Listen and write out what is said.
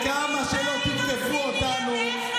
כמה שאתם לא תוקפים אותנו,